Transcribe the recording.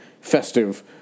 festive